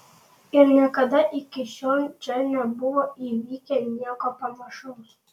ir niekada iki šiol čia nebuvo įvykę nieko panašaus